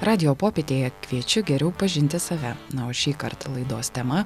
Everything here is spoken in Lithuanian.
radijo popietėje kviečiu geriau pažinti save na o šįkart laidos tema